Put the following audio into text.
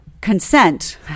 consent